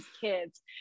kids